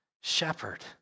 shepherd